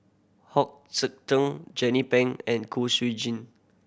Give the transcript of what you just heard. Hong Sek Teng Jernnine Ping and Kwek Jin